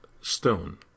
Stone